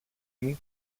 μου